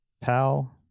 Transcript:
pal